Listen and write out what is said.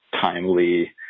timely